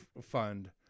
fund